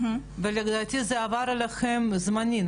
ולדעתי זה עבר אליכם זמני,